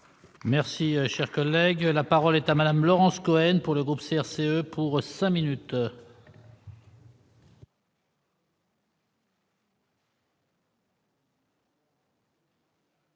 Merci, cher collègue, la parole est à madame Laurence Cohen pour le groupe CRCE pour 5 minutes.